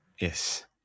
Yes